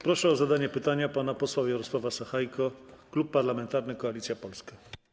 Proszę o zadanie pytania pana posła Jarosława Sachajkę, Klub Parlamentarny Koalicja Polska.